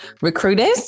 recruiters